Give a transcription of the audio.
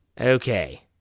Okay